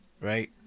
right